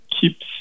keeps